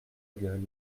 gueule